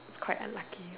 it's quite unlucky